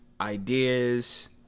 ideas